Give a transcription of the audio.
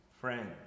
friends